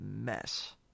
mess